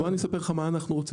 בוא אני אספר לך מה אנחנו רוצים.